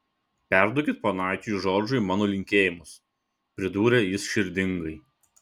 perduokit ponaičiui džordžui mano linkėjimus pridūrė jis širdingai